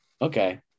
Okay